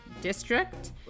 district